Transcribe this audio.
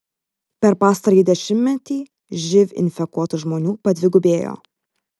per pastarąjį dešimtmetį živ infekuotų žmonių padvigubėjo